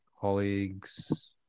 colleagues